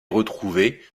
retrouvé